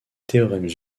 théorèmes